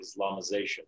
Islamization